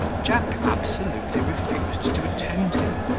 jack absolutely refused to attend him,